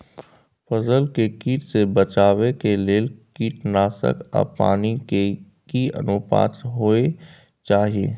फसल के कीट से बचाव के लेल कीटनासक आ पानी के की अनुपात होय चाही?